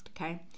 okay